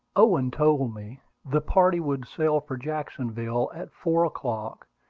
owen told me the party would sail for jacksonville at four o'clock,